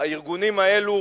הארגונים האלו